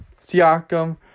Siakam